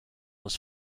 was